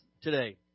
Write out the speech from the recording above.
today